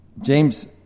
james